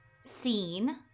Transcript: scene